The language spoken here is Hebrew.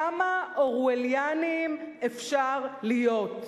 כמה אורווליאנים אפשר להיות?